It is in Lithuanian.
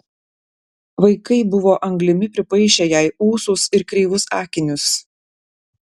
vaikai buvo anglimi pripaišę jai ūsus ir kreivus akinius